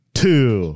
two